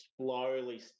slowly